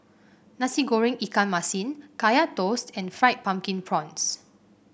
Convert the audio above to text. Nasi Goreng Ikan Masin Kaya Toast and Fried Pumpkin Prawns